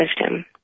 wisdom